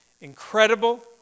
incredible